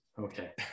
okay